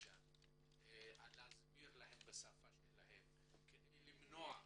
כדי להסביר להם בשפה שלהם כדי למנוע?